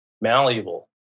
malleable